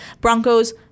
Broncos